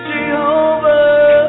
Jehovah